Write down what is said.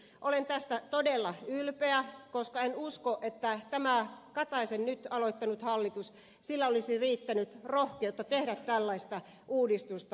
olen tästä todella ylpeä koska en usko että tällä kataisen nyt aloittaneella hallituksella olisi riittänyt rohkeutta tehdä tällaista uudistusta